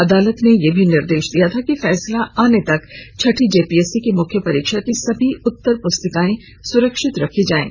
अंदालत ने यह भी निर्देश दिया था कि फैसला आने तक छठी जेपीएससी की मुख्य परीक्षा की सभी उत्तर पुस्तिकाएं सुरक्षित रखी जाये